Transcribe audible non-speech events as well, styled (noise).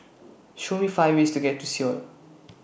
(noise) Show Me five ways to get to Seoul (noise)